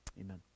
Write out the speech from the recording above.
amen